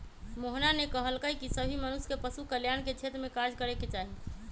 मोहना ने कहल कई की सभी मनुष्य के पशु कल्याण के क्षेत्र में कार्य करे के चाहि